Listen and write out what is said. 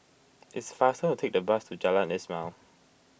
it's faster to take the bus to Jalan Ismail